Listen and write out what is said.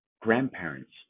grandparents